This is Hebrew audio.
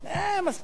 מספיק.